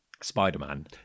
Spider-Man